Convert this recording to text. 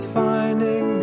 finding